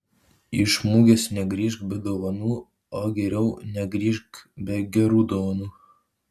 iš mugės negrįžk be dovanų o geriau negrįžk be gerų dovanų